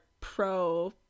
pro